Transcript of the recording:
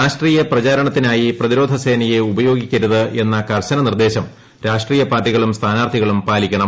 രാഷ്ട്രീയ പ്രചാരണത്തിനായി പ്രതിരോധ സേനയെ ഉപയോഗിക്കരുത് എന്ന കർശന നിർദ്ദേശം രാഷ്ട്രീയ പാർട്ടികളും സ്ഥാനാർത്ഥികളും പാലിക്കണം